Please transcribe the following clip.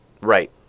right